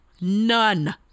None